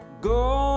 Go